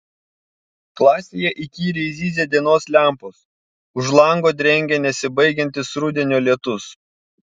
klasėje įkyriai zyzia dienos lempos už lango drengia nesibaigiantis rudenio lietus